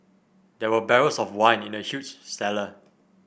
there were barrels of wine in the huge cellar